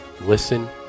listen